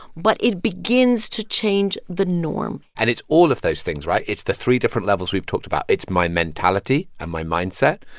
but it begins to change the norm and it's all of those things, right? it's the three different levels we've talked about. it's my mentality and my mindset.